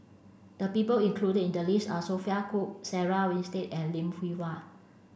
the people included in the list are Sophia Cooke Sarah Winstedt and Lim Hwee Hua